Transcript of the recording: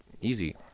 Easy